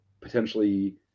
potentially